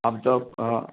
आमचं